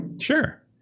Sure